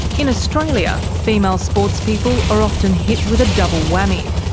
in australia, female sportspeople are often hit with a double whammy.